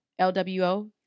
LWO